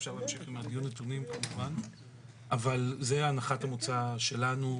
אבל זו הנחת המוצא שלנו,